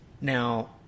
now